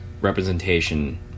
representation